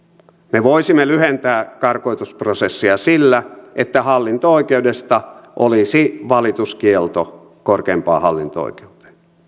me voisimme lyhentää karkotusprosessia sillä että hallinto oikeudesta olisi valituskielto korkeimpaan hallinto oikeuteen